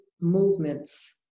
movements